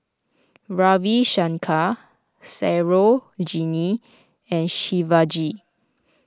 Ravi Shankar Sarojini and Shivaji